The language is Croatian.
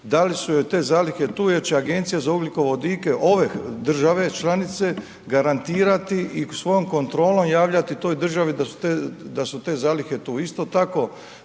da li su joj te zalihe tu jer će Agencija za ugljikovodike ove države članice garantirati i u svom kontrolom javljati toj državi da su te zalihe tu. Isto tako,